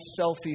selfie